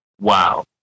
wow